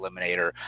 Eliminator